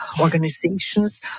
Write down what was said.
organizations